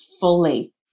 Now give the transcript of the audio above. fully